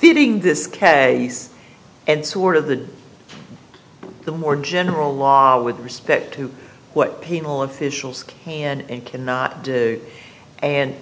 getting this case and sort of the the more general law with respect to what people officials and cannot do and